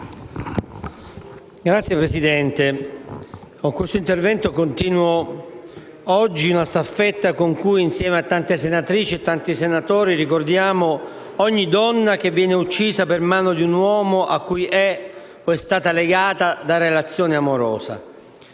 Signora Presidente, con questo intervento continuo oggi una staffetta con cui, assieme a tante senatrici e tanti senatori, ricordiamo ogni donna che viene uccisa per mano di un uomo a cui è o è stata legata da relazione amorosa.